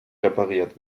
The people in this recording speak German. repariert